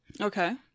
Okay